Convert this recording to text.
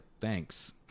thanks